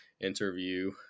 interview